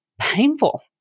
Painful